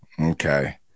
Okay